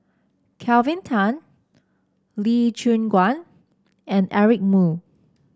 Kelvin Tan Lee Choon Guan and Eric Moo